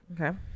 Okay